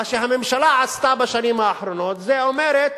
מה שהממשלה עשתה בשנים האחרונות, היא אומרת: